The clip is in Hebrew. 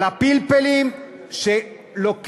את הפלפלים בערבה,